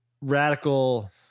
Radical